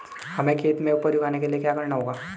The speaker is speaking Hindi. हमें खेत में उपज उगाने के लिये क्या करना होगा?